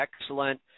excellent